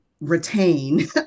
retain